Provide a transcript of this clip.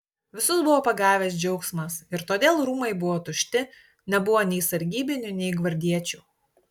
visus buvo pagavęs džiaugsmas ir todėl rūmai buvo tušti nebuvo nei sargybinių nei gvardiečių